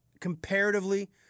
comparatively